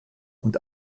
und